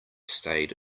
stayed